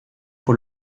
pour